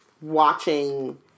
watching